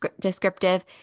descriptive